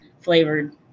flavored